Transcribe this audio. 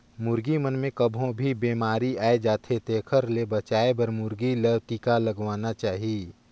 मुरगी मन मे कभों भी बेमारी आय जाथे तेखर ले बचाये बर मुरगी ल टिका लगवाना चाही